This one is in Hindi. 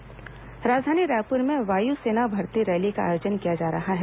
वायु सेना भर्ती रैली राजधानी रायपुर में वायु सेना भर्ती रैली का आयोजन किया जा रहा है